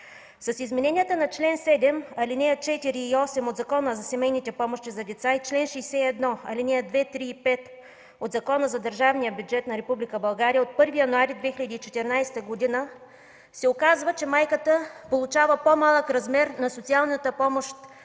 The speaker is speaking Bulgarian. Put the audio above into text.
С измененията на чл. 7, ал. 4 и ал. 8 от Закона за семейните помощи за деца и чл. 61, алинеи 2, 3 и 5 от Закона за държавния бюджет на Република България от 1 януари 2014 г. се оказва, че майката получава по-малък размер на социалната помощ за